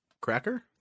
cracker